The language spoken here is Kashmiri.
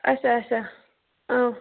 آچھا آچھا ٲں